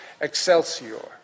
Excelsior